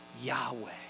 Yahweh